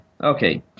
Okay